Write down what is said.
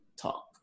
talk